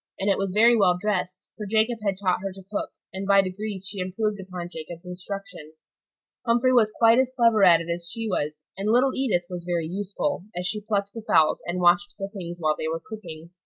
and it was very well dressed for jacob had taught her to cook, and by degrees she improved upon jacob's instruction humphrey was quite as clever at it as she was and little edith was very useful, as she plucked the fowls, and watched the things while they were cooking.